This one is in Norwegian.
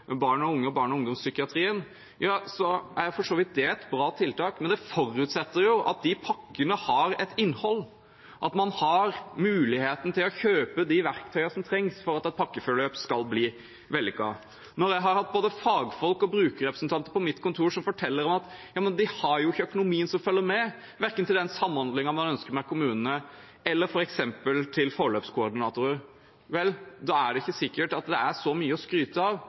barn og unge og i barne- og ungdomspsykiatrien, er det for så vidt et bra tiltak, men det forutsetter at de pakkene har et innhold, at man har muligheten til å kjøpe de verktøyene som trengs for at et pakkeforløp skal bli vellykket. Når jeg har hatt både fagfolk og brukerrepresentanter på mitt kontor som forteller at de ikke har økonomien som følger med, verken til den samhandlingen man ønsker med kommunene, eller f.eks. til forløpskoordinatorer, er det ikke sikkert at det pakkeforløpet man har lagt opp til, er så mye å skryte av.